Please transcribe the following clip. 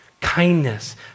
Kindness